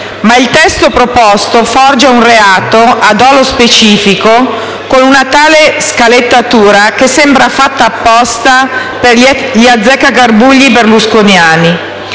ma il testo proposto forgia un reato a dolo specifico con una tale scalettatura che sembra fatta apposta per gli azzeccagarbugli berlusconiani.